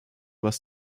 was